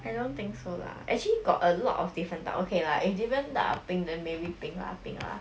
I don't think so lah actually got a lot of different type okay lah if different type of pink then maybe pink lah pink lah